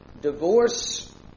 Divorce